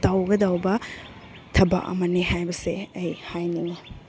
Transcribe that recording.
ꯇꯧꯒꯗꯧꯕ ꯊꯕꯛ ꯑꯃꯅꯤ ꯍꯥꯏꯕꯁꯦ ꯑꯩ ꯍꯥꯏꯅꯤꯡꯉꯤ